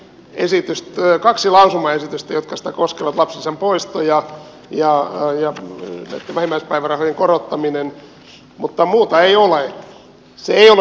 tässä on kaksi lausumaesitystä jotka sitä koskevat lapsilisän poisto ja näitten vähimmäispäivärahojen korottaminen mutta muuta ei ole